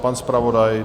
Pan zpravodaj?